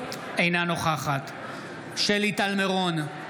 אינה נוכחת שלי טל מירון,